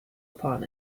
upon